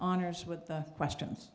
honors with the questions